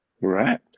Right